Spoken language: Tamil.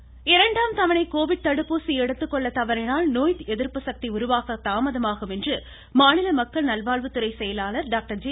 ராதாகிருஷ்ணன் இரண்டாம் தவணை கோவிட் தடுப்பூசி எடுத்துக்கொள்ள தவறினால் நோய் எதிா்ப்பு சக்தி உருவாக தாமதமாகும் என்று மாநில மக்கள் நல்வாழ்வுத்துறை செயலாளர் டாக்டர் ஜே